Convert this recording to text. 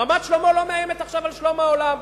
רמת-שלמה לא מאיימת עכשיו על שלום העולם.